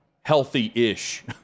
healthy-ish